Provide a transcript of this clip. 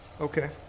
Okay